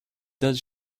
does